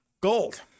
Gold